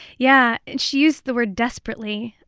yeah. she used the word desperately,